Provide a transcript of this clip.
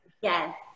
Yes